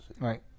Right